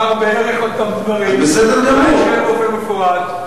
אומר בערך אותם דברים, רק באופן מפורט.